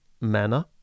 manner